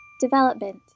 DEVELOPMENT